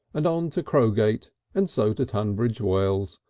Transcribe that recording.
and on to crogate and so to tunbridge wells,